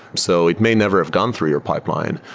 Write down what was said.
so it may never have gone through your pipeline.